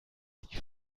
die